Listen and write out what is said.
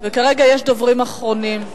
וכרגע יש דוברים אחרונים.